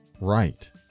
right